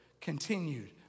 continued